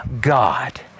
God